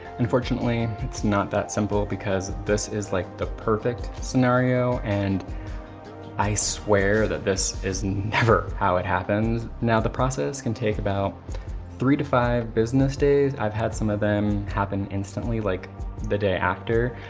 unfortunately, it's not that simple because this is like the perfect scenario and i swear that this is never how it happens. now, the process can take about three to five business days. i've had some of them happen instantly like the day after,